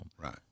Right